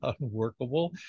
unworkable